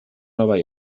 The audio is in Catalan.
nova